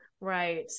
Right